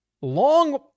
long